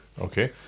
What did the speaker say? Okay